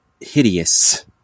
hideous